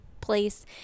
place